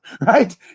right